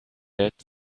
death